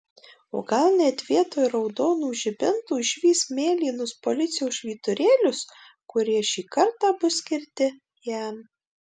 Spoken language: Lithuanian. o gal net vietoj raudonų žibintų išvys mėlynus policijos švyturėlius kurie šį kartą bus skirti jam